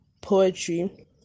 poetry